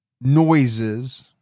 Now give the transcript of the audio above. noises